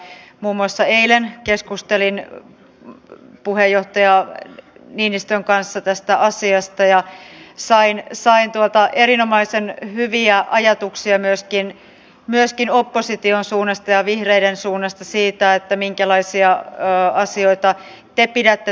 muun muun muassa eilen keskustelin puheenjohtaja niinistön kanssa tästä asiasta ja sain erinomaisen hyviä ajatuksia myöskin opposition suunnasta ja vihreiden suunnasta siitä minkälaisia asioita te pidätte tärkeinä